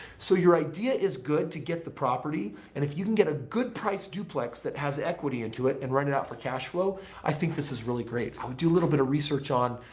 so your idea is good to get the property and if you can get a good price duplex that has equity into it and run it out for cash flow i think this is really great. i would do a little bit of research on,